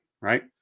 right